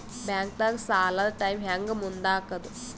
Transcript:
ಬ್ಯಾಂಕ್ದಾಗ ಸಾಲದ ಟೈಮ್ ಹೆಂಗ್ ಮುಂದಾಕದ್?